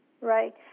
Right